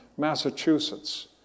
Massachusetts